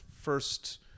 first